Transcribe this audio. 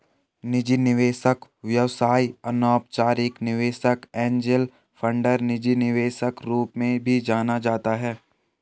निजी निवेशक व्यवसाय अनौपचारिक निवेशक एंजेल फंडर निजी निवेशक रूप में भी जाना जाता है